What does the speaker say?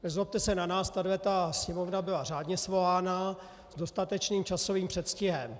Nezlobte se na nás, tahle Sněmovna byla řádně svolána, s dostatečným časovým předstihem.